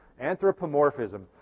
Anthropomorphism